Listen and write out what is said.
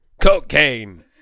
cocaine